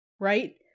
right